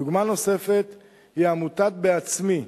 דוגמה נוספת היא עמותת "בעצמי",